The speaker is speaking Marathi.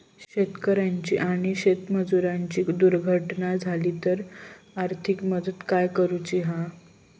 शेतकऱ्याची आणि शेतमजुराची दुर्घटना झाली तर आर्थिक मदत काय करूची हा?